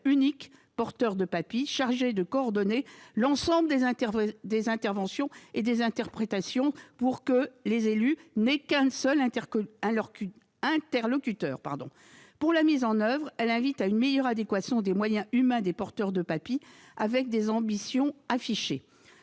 unique porteur de PAPI, chargé de coordonner l'ensemble des interventions et des interprétations, afin que les élus n'aient qu'un seul interlocuteur. Pour ce qui concerne la mise en oeuvre, elle invite à une meilleure adéquation des moyens humains des porteurs de PAPI, avec des ambitions affichées.